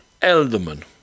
elderman